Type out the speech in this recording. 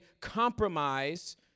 compromise